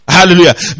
Hallelujah